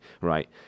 Right